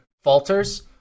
falters